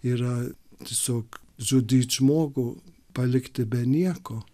yra tiesiog žudyt žmogų palikti be nieko